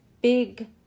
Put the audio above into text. big